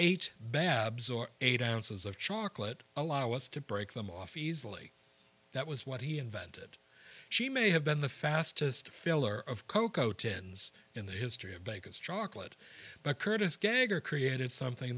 eight bab's or eight ounces of chocolate allow us to break them off easily that was what he invented she may have been the fastest filler of cocoa tins in the history of bakers chocolate but curtis gagner created something